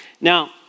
Now